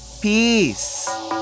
Peace